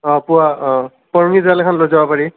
অঁ পুৱা অঁ টঙিজাল এখন লৈ যাব পাৰি